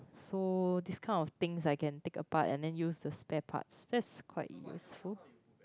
so these kind of things I can take apart and then use the spare parts that's quite useful